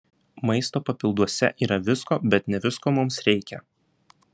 maisto papilduose yra visko bet ne visko mums reikia